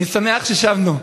אני שמח ששבנו.